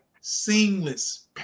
seamless